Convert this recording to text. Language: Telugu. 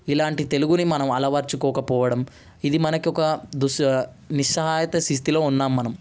ఇలాంటి తెలుగుని మనం అలవరచుకోకపోవడం ఇది మనకొక దుసా నిస్సహాయత స్థితిలో ఉన్నాం మనం